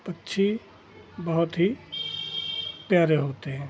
पक्षी बहुत ही प्यारे होते हैं